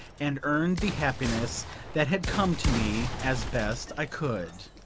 and earn the happiness that had come to me, as best i could.